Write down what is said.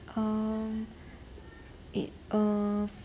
um it uh